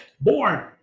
born